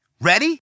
Ready